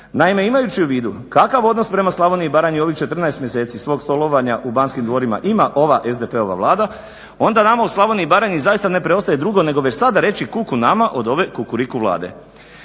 Naime, imajući u vidu kakav odnos prema Slavoniji i Baranji u ovih 14 mjeseci svog stolovanja u Banskim dvorima ima ova SDP-ova Vlada onda nama u Slavoniji i Baranji zaista ne preostaje drugo nego već sada reći kuku nama od ove kukuriku Vlade.